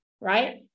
right